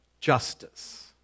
justice